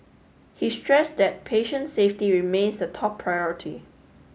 he stressed that patient safety remains the top priority